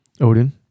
Odin